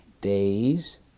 days